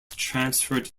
transferred